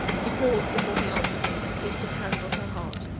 he paused before he answered me, and placed his hand on her heart.